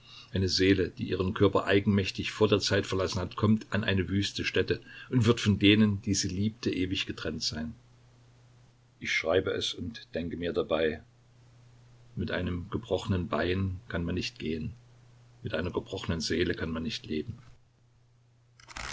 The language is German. eine seele die ihren körper eigenmächtig vor der zeit verlassen hat kommt an eine wüste stätte und wird von denen die sie liebte ewig getrennt sein ich schreibe es und denke mir dabei mit einem gebrochenen bein kann man nicht gehen mit einer gebrochenen seele kann man nicht leben